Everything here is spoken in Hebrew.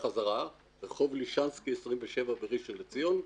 בחזרה לרחוב לישנסקי 27 בראשון לציון.